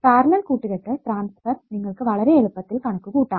parallel കൂട്ടുകെട്ട് ട്രാൻസ്ഫർനിങ്ങൾക്ക് വളരെ എളുപ്പത്തിൽ കണക്കുകൂട്ടാം